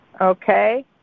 Okay